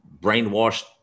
brainwashed